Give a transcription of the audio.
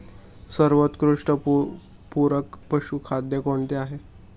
सर्वोत्कृष्ट पूरक पशुखाद्य कोणते आहे?